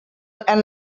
and